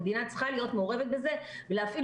המדינה צריכה להיות מעורבת בזה ולהפעיל